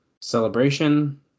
Celebration